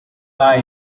lie